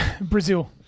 Brazil